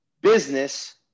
business